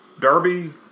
Derby